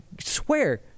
swear